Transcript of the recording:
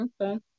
Okay